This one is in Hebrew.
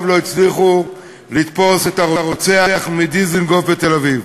לא הצליחו לתפוס את הרוצח מדיזנגוף בתל-אביב.